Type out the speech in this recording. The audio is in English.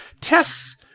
tests